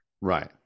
right